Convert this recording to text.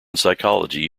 psychology